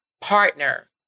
partner